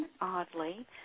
oddly